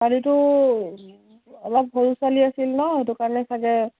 ছোৱালীটো অলপ সৰু ছোৱালী আছিল ন সেইটো কাৰণে চাগে